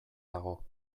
dago